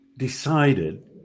decided